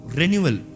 renewal